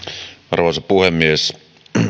arvoisa puhemies